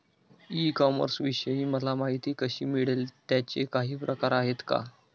E कॉमर्सविषयी मला माहिती कशी मिळेल? त्याचे काही प्रकार आहेत का?